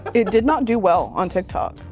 it did not do well on tiktok.